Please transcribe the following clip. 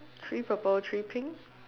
three purple three pink